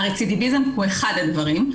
הרצידיביזם הוא אחד הדברים.